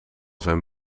zijn